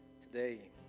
today